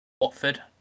Watford